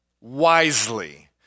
wisely